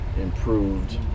improved